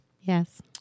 Yes